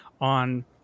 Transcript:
on